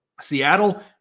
Seattle